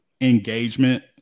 engagement